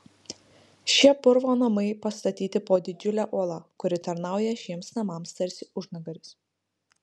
šie purvo namai pastatyti po didžiule uola kuri tarnauja šiems namams tarsi užnugaris